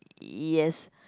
yes